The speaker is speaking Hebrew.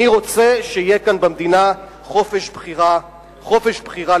אני רוצה שיהיה כאן, במדינה, חופש בחירה בנישואים.